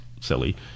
silly